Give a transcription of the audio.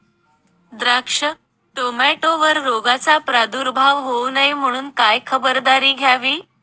द्राक्ष, टोमॅटोवर रोगाचा प्रादुर्भाव होऊ नये म्हणून काय खबरदारी घ्यावी?